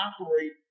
operate